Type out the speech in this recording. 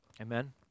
Amen